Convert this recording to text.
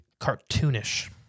cartoonish